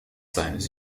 seines